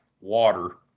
water